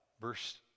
Verse